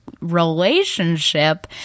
Relationship